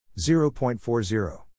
0.40